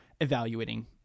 evaluating